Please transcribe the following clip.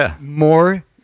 more